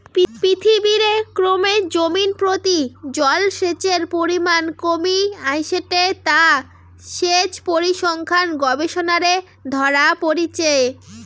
পৃথিবীরে ক্রমে জমিনপ্রতি জলসেচের পরিমান কমি আইসেঠে তা সেচ পরিসংখ্যান গবেষণারে ধরা পড়িচে